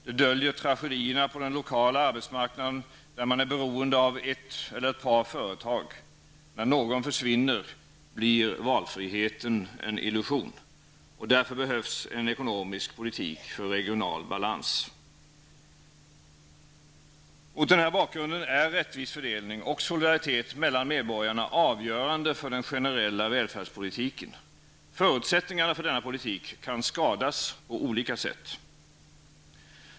Det döljer tragedierna på den lokala arbetsmarknaden, där man är beroende av ett eller ett par företag. När något försvinner, blir valfriheten en illusion. Därför behövs en ekonomisk politik för regional balans. Mot den här bakgrunden är rättvis fördelning och solidaritet mellan medborgarna avgörande för den generella välfärdspolitiken. Förutsättningarna för denna politik kan skadas på olika sätt.